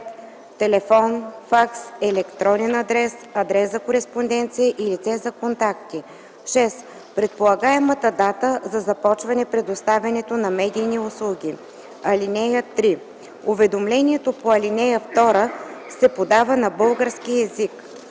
телефон, факс, електронен адрес, адрес за кореспонденция и лице за контакти; 6. предполагаема дата за започване предоставянето на медийните услуги. (3) Уведомлението по ал. 2 се подава на български език.